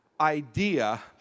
idea